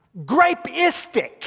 grapeistic